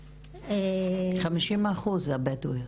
חמישים אחוז הבדואיות.